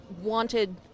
wanted